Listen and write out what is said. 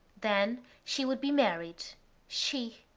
then she would be married she,